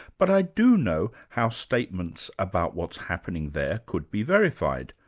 but i do know how statements about what's happening there could be verified.